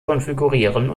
konfigurieren